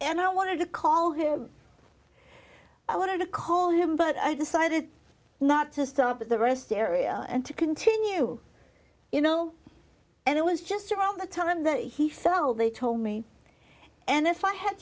and i wanted to call him i wanted to call him but i decided not to stop at the rest area and to continue you know and it was just or all the time that he sell they told me and if i had